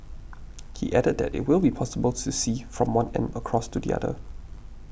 he added that it will be possible to see from one end across to the other